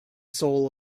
soul